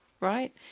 right